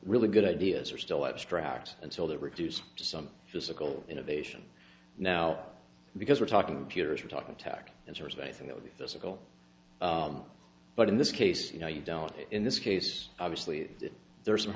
really good ideas are still abstract until they're reduced to some physical innovation now because we're talking pewters we're talking tax there's one thing that would be physical but in this case you know you don't in this case obviously there are some